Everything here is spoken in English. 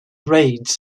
raids